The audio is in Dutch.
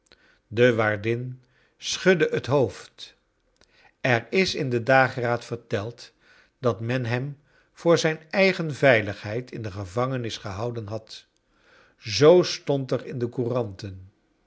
de waardin schudde het hoofd er is in de dagraad verteld dat men hem voor zijn eigen veiligheid in de gevangenis gehouden had j zoo stond er in de couranten